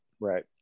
Right